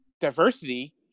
diversity